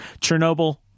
Chernobyl